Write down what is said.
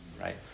right